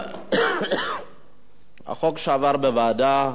החוק שעבר בוועדה,